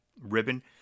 ribbon